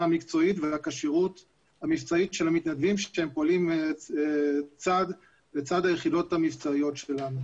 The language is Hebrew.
המקצועית ולכשירות המבצעית של המתנדבים שפועלים לצד היחידות המבצעיות שלנו.